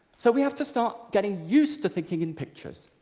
so we have to start getting used to thinking in pictures.